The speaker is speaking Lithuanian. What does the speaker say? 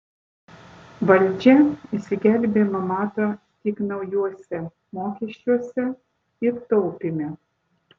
valdžia išsigelbėjimą mato tik naujuose mokesčiuose ir taupyme